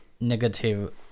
negative